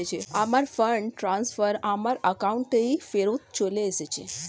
আমার fund transfer আমার অ্যাকাউন্টেই ফেরত চলে এসেছে